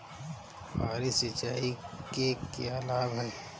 फुहारी सिंचाई के क्या लाभ हैं?